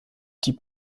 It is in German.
die